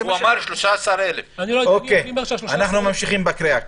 הוא אמר 13,000. אוקי, אנחנו ממשיכים בקריאה.